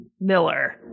Miller